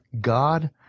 God